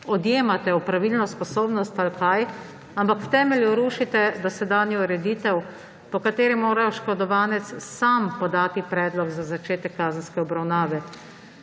odjemate opravilno sposobnost, ampak v temelju rušite dosedanjo ureditev, po kateri mora oškodovanec sam podati predlog za začetek kazenske obravnave.